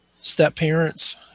Step-parents